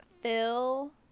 Phil